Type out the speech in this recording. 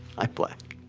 i'm black.